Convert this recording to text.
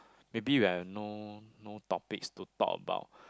maybe we have no no topics to talk about